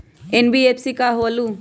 NBFC का होलहु?